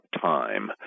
time